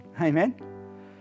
Amen